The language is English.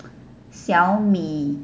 Xiaomi